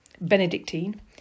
Benedictine